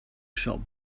shop